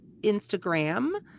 Instagram